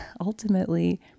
ultimately